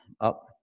Up